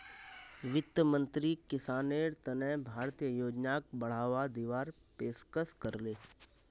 वित्त मंत्रीक किसानेर तने भारतीय योजनाक बढ़ावा दीवार पेशकस करले